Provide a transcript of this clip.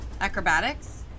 Acrobatics